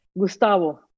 Gustavo